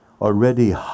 already